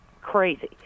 crazy